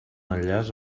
enllaç